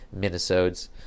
minisodes